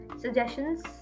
suggestions